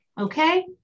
okay